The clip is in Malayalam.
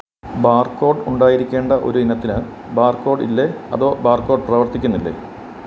ബാർ കോഡ് ഉണ്ടായിരിക്കേണ്ട ഒരു ഇനത്തിനു ബാർ കോഡ് ഇല്ലേ അതോ ബാർ കോഡ് പ്രവർത്തിക്കുന്നില്ലേ